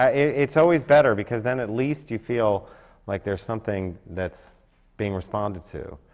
ah it's always better, because then at least you feel like there's something that's being responded to.